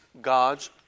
God's